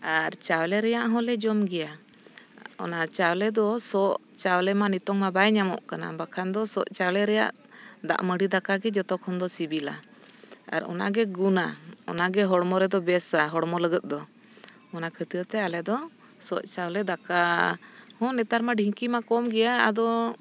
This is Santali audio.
ᱟᱨ ᱪᱟᱣᱞᱮ ᱨᱮᱱᱟᱜ ᱦᱚᱸᱞᱮ ᱡᱚᱢ ᱜᱮᱭᱟ ᱚᱱᱟ ᱪᱟᱣᱞᱮ ᱫᱚ ᱥᱚᱜ ᱪᱟᱣᱞᱮ ᱢᱟ ᱱᱤᱛᱳᱝ ᱢᱟ ᱵᱟᱭ ᱧᱟᱢᱚᱜ ᱠᱟᱱᱟ ᱵᱟᱠᱷᱟᱱ ᱫᱚ ᱥᱚᱜ ᱪᱟᱣᱞᱮ ᱨᱮᱱᱟᱜ ᱫᱟᱜ ᱢᱟᱹᱰᱤ ᱫᱟᱠᱟ ᱜᱮ ᱡᱷᱚᱛᱚ ᱠᱷᱚᱱ ᱫᱚ ᱥᱤᱵᱤᱞᱟ ᱟᱨ ᱚᱱᱟ ᱜᱮ ᱜᱩᱱᱟ ᱚᱱᱟ ᱜᱮ ᱦᱚᱲᱢᱚ ᱨᱮᱫᱚ ᱵᱮᱥᱟ ᱦᱚᱲᱢᱚ ᱞᱟᱹᱜᱤᱫ ᱫᱚ ᱚᱱᱟ ᱠᱷᱟᱹᱛᱤᱨ ᱛᱮ ᱟᱞᱮ ᱫᱚ ᱥᱚᱜ ᱪᱟᱣᱞᱮ ᱫᱟᱠᱟ ᱦᱚᱸ ᱱᱮᱛᱟᱨ ᱢᱟ ᱰᱷᱤᱝᱠᱤ ᱢᱟ ᱠᱚᱢ ᱜᱮᱭᱟ ᱟᱫᱚ